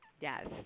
Yes